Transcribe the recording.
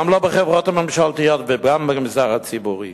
גם לא בחברות הממשלתיות וגם לא במגזר הציבורי.